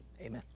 Amen